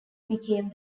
became